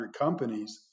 companies